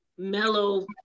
Mellow